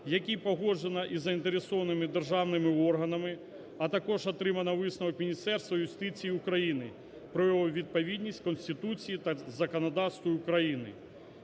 які погоджено із заінтересованими державними органами, а також отримано висновок Міністерства юстиції України про його відповідність Конституції та законодавству України.